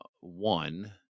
one